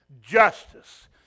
Justice